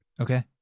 Okay